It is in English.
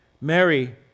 Mary